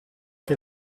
che